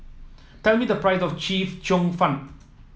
tell me the price of chef cheong fun